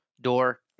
door